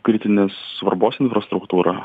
kritinės svarbos infrastruktūra